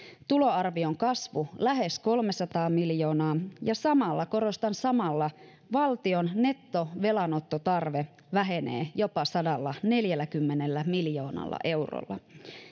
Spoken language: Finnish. tuloarvion kasvu lähes kolmesataa miljoonaa ja samalla korostan samalla valtion nettovelanottotarve vähenee jopa sadallaneljälläkymmenellä miljoonalla eurolla